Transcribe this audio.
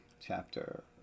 chapter